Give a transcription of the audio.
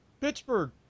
Pittsburgh